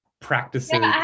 practices